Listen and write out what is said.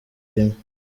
rimwe